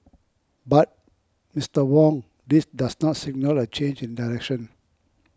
but Mister Wong this does not signal a change in direction